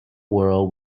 world